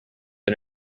and